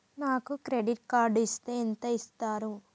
నాకు credit card ఇస్తే ఎంత ఇస్తరు?